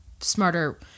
smarter